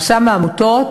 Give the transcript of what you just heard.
רשם העמותות,